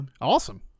Awesome